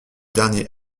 dernier